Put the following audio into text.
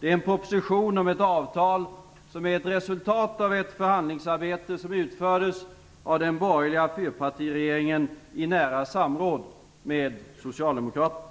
Det är en proposition om ett avtal som är ett resultat av ett förhandlingsarbete som utfördes av den borgerliga fyrpartiregeringen i nära samråd med Socialdemokraterna.